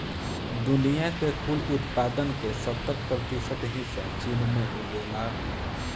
दुनिया के कुल उत्पादन के सत्तर प्रतिशत हिस्सा चीन में उगेला